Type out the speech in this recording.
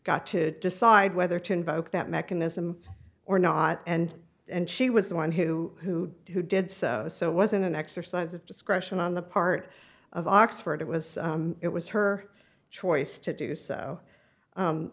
got to decide whether to invoke that mechanism or not and and she was the one who who did so so it wasn't an exercise of discretion on the part of oxford it was it was her choice to do so